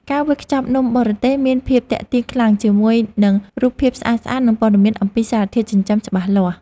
ការវេចខ្ចប់នំបរទេសមានភាពទាក់ទាញខ្លាំងជាមួយនឹងរូបភាពស្អាតៗនិងព័ត៌មានអំពីសារធាតុចិញ្ចឹមច្បាស់លាស់។